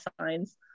signs